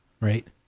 right